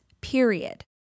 Period